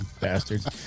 bastards